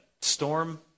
storm